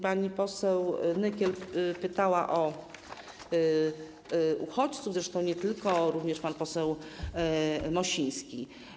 Pani poseł Nykiel pytała o uchodźców, zresztą nie tylko pani poseł, również pan poseł Mosiński.